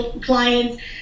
clients